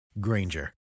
Granger